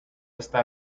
esta